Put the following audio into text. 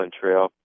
Trail